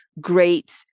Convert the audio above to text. great